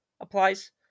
applies